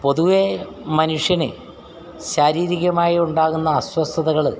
പൊതുവേ മനുഷ്യന് ശാരീരികമായി ഉണ്ടാകുന്ന അസ്വസ്ഥതകൾ